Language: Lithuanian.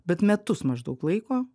bet metus maždaug laiko